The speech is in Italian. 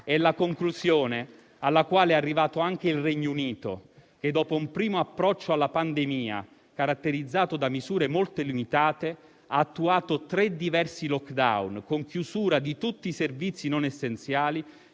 È la conclusione alla quale è arrivato anche il Regno Unito, che dopo un primo approccio alla pandemia caratterizzato da misure molto limitate ha attuato tre diversi *lockdown*, con chiusura di tutti i servizi non essenziali